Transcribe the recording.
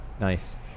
Nice